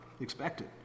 expected